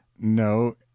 no